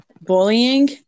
bullying